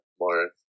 more